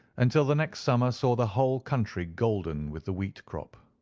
until the next summer saw the whole country golden with the wheat crop.